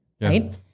right